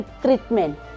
treatment